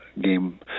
game